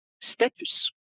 status